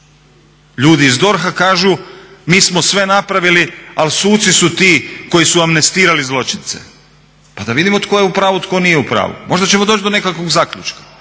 ljudi iz DORH-a kažu mi smo sve napravili ali suci su ti koji su amnestirali zločince pa da vidimo tko je u pravu, tko nije u pravu možda ćemo doći do nekakvog zaključka